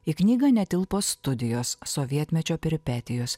į knygą netilpo studijos sovietmečio peripetijos